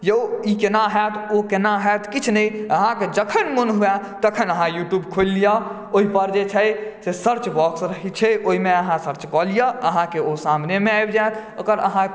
जे ई केना होएत ओ केना होएत किछु नहि अहाँके जखन मोन हुए तखन अहाँ यूट्यूब खोलि लिअ ओहि पर जे छै से सर्च बॉक्स रहै छै ओहिमे अहाँ सर्च कऽ लिअ अहाँके ओ सामने मे आबि जायत ओकर अहाँ